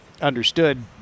understood